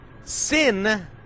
sin